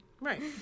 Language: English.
Right